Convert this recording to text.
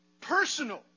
personal